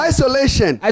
Isolation